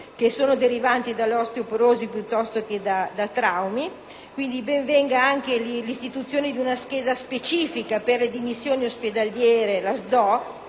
fratture derivanti dall'osteoporosi, piuttosto che da traumi. Ben venga anche l'istituzione di una scheda specifica per le dimissioni ospedaliere (SDO)